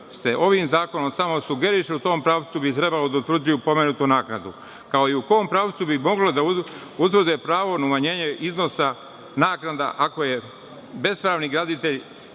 ovim zakonom samo sugeriše u tom pravcu da bi trebalo da utvrđuju pomenutu naknadu, kao i u kom pravcu bi mogle da utvrde pravo na umanjenje iznosa naknada ako je bespravni graditelj